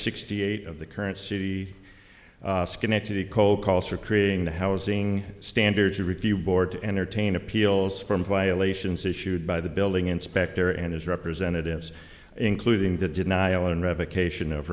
sixty eight of the current city connected eco calls for creating the housing standards a review board to entertain appeals from violations issued by the building inspector and his representatives including the denial and revocation of